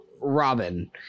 Robin